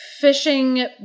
fishing